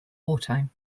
wartime